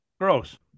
Gross